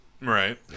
Right